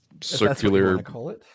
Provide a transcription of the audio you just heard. circular